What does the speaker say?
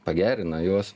pagerina juos